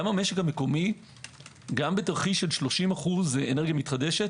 גם המשק המקומי גם בתרחיש של 30% אנרגיה מתחדשת